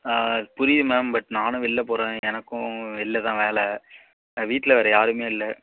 புரியிது ma'am but நானும் வெளில போகிறேன் எனக்கும் வெளில தான் வேலை வீட்டில் வேறு யாருமே இல்லை